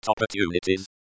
opportunities